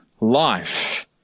life